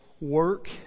Work